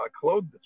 clothed